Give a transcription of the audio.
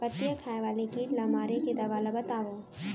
पत्तियां खाए वाले किट ला मारे के दवा ला बतावव?